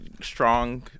strong